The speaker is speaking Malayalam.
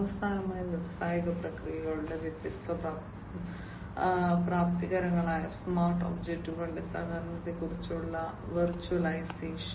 അവസാനമായി വ്യാവസായിക പ്രക്രിയകളുടെ വ്യത്യസ്ത പ്രാപ്തികരങ്ങളായ സ്മാർട്ട് ഒബ്ജക്റ്റുകളുടെ സഹകരണത്തെക്കുറിച്ചുള്ള വിർച്ച്വലൈസേഷൻ